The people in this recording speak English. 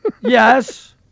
Yes